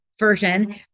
version